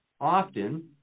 often